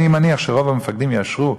אני מניח שרוב המפקדים יאשרו,